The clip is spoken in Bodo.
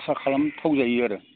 आसा खालामथावजायो आरो